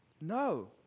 No